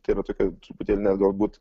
tai yra tokia truputėlį net galbūt